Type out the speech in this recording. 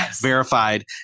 verified